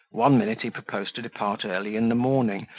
one minute he proposed to depart early in the morning,